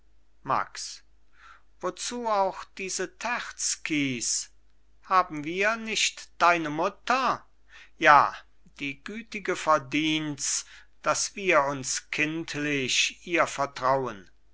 max wozu auch diese terzkys haben wir nicht deine mutter ja die gütige verdients daß wir uns kindlich ihr vertrauen